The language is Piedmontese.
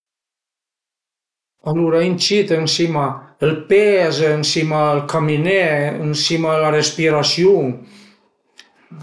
Alura a incid ënsima ël peez, ënsima al caminé e ënsima a la respirasiun